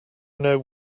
know